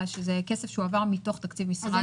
זה כסף שהועבר מתוך תקציב המשרד להגנת הסביבה.